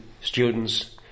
students